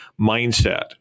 mindset